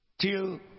Till